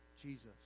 Jesus